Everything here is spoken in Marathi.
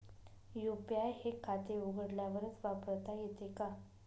यू.पी.आय हे खाते उघडल्यावरच वापरता येते का?